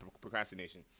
procrastination